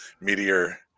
meteor